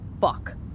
fuck